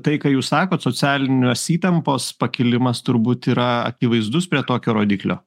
tai ką jūs sakot socialiniuos įtampos pakilimas turbūt yra akivaizdus prie tokio rodiklio